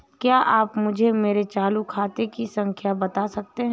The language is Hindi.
क्या आप मुझे मेरे चालू खाते की खाता संख्या बता सकते हैं?